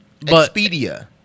Expedia